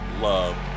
love